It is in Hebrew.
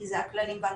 כי זה הכללים והתקנות,